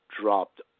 dropped